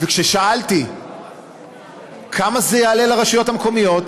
שכששאלתי כמה זה יעלה לרשויות המקומיות,